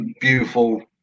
beautiful